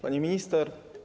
Pani Minister!